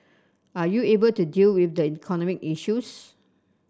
are you able to deal with the economic issues